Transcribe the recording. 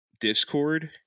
discord